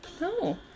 No